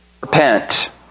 repent